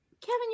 Kevin